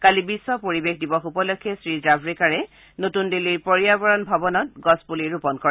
কালি বিশ্ব পৰিৱেশ দিৱস উপলক্ষে শ্ৰীজাভড়েকাৰে নতুন দিল্লীৰ পৰ্য়াবৰণ ভৱনত গছপুলি ৰোপণ কৰে